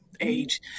age